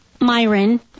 Myron